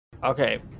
okay